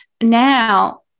now